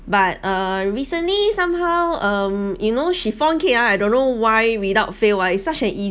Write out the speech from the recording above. but uh recently somehow um you know chiffon cake ah I don't know why the dough fail ah it's such an